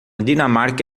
dinamarca